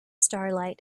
starlight